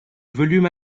volume